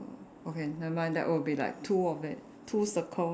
okay never mind that will be like two of it two circle then